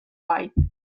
white